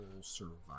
survival